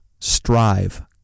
Strive